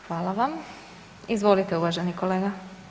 Hvala vam, izvolite uvaženi kolega.